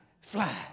fly